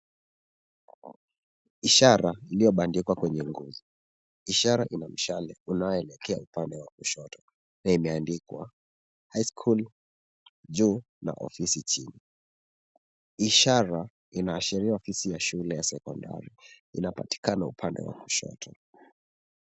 Ishara iliyobandikwa kwenye nguzo. Ishara ina mshale unaoelekea upande wa kushoto iliyoandikwa high school juu na ofisi chini. Ishara inaashiria ofisi ya shule ya serikali inapatikana upande wa kushoto.